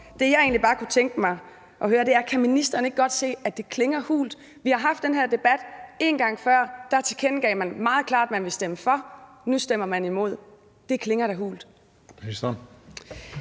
Det, jeg egentlig bare kunne tænke mig at høre, er, om ministeren ikke godt kan se, at det klinger hult. Vi har haft den her debat en gang før. Der tilkendegav man meget klart, at man ville stemme for. Nu stemmer man imod. Det klinger da hult.